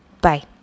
Bye